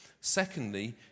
Secondly